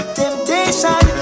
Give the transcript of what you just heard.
temptation